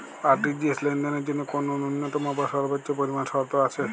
RTGS লেনদেনের জন্য কোন ন্যূনতম বা সর্বোচ্চ পরিমাণ শর্ত আছে?